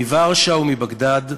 מוורשה ומבגדאד,